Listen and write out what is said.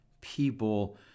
people